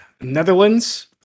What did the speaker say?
netherlands